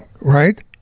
right